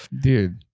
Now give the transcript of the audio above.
dude